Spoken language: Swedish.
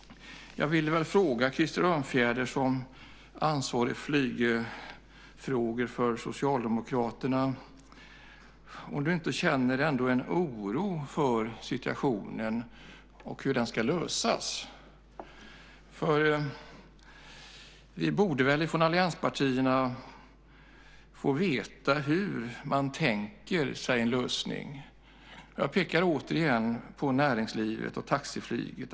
Jag vill fråga Krister Örnfjäder, som är Socialdemokraternas ansvarige för flygfrågor, om han inte ändå känner en oro för situationen och hur den ska lösas. Vi från allianspartierna borde få veta hur man tänker sig en lösning. Jag pekar återigen på näringslivet och taxiflyget.